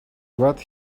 what